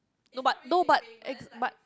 no but no but but